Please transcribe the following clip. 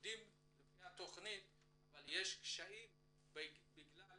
שעובדים לפי התכנית אבל יש קשיים בגלל